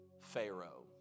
Pharaoh